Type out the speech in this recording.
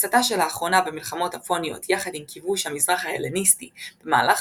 תבוסתה של האחרונה במלחמות הפוניות יחד עם כיבוש המזרח ההלניסטי במהלך